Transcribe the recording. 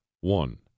One